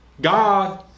God